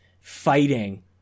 fighting